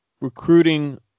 recruiting